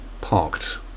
parked